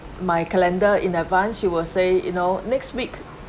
my calendar in advance she will say you know next week